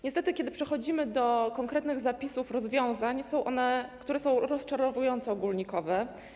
Niestety kiedy przechodzimy do konkretnych zapisów rozwiązań, są one rozczarowująco ogólnikowe.